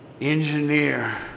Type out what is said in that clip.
engineer